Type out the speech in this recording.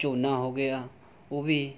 ਝੋਨਾ ਹੋ ਗਿਆ ਉਹ ਵੀ